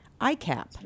ICAP